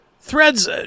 Threads